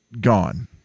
gone